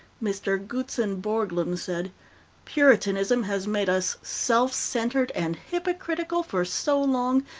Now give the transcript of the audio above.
mr. gutzen burglum said puritanism has made us self-centered and hypocritical for so long,